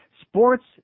Sports